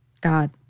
God